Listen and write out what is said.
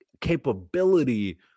capability